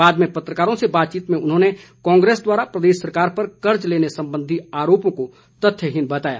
बाद में पत्रकारों से बातचीत में उन्होंने कांग्रेस द्वारा प्रदेश सरकार पर कर्ज लेने संबंधी आरोपों को तथ्यहीन बताया